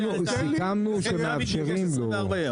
סגן שר החקלאות ופיתוח הכפר משה אבוטבול: רק שנייה עמית עמית,